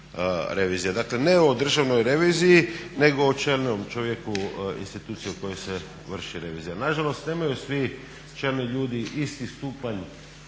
revizije. Dakle ne o državnoj reviziji nego o čelnom čovjeku institucije u kojoj se vrši revizija. Nažalost nemaju svi čelni ljudi isti stupanj